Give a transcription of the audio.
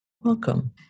Welcome